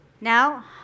Now